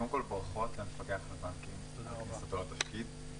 קודם כל ברכות למפקח על הבנקים עם כניסתו לתפקיד.